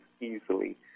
easily